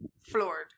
floored